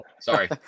Sorry